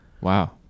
Wow